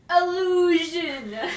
Illusion